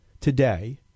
today